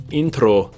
intro